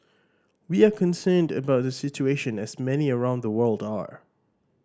we are concerned about the situation as many around the world are